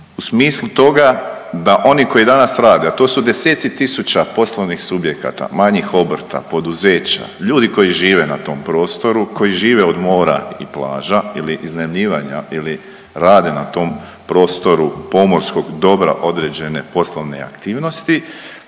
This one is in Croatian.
u smislu toga da oni koji danas rade, a to su desetci tisuća poslovnih subjekata, manjih obrta, poduzeća, ljudi koji žive na tom prostoru, koji žive od mora i plaža ili iznajmljivanja ili rade na tom prostoru pomorskog dobra određene poslovne aktivnosti,